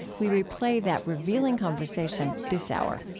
we replay that revealing conversation this hour